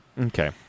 Okay